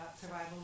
survival